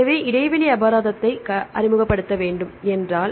எனவே இடைவெளி அபராதத்தை அறிமுகப்படுத்த வேண்டும் என்றால்